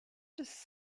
does